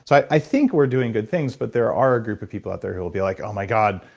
so i think we're doing good things, but there are a group of people out there who will be like, oh my god,